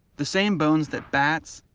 the same bones that bats,